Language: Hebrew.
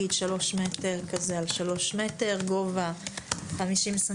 3 מטים על 3 מטרים, גובה 50 סנטימטר.